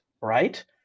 right